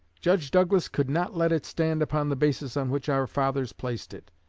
judge douglas could not let it stand upon the basis on which our fathers placed it,